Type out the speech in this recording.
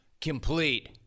complete